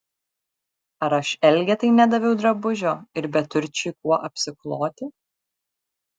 ar aš elgetai nedaviau drabužio ir beturčiui kuo apsikloti